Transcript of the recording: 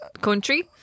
country